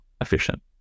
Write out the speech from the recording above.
efficient